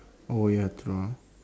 oh ya true ah